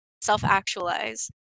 self-actualize